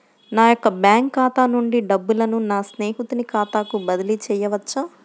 నా యొక్క బ్యాంకు ఖాతా నుండి డబ్బులను నా స్నేహితుని ఖాతాకు బదిలీ చేయవచ్చా?